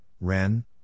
Ren